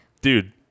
dude